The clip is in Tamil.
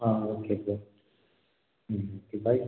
ah okay bro hmm okay bye